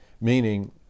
meaning